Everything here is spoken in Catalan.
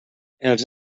els